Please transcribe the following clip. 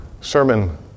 sermon